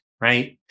right